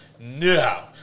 No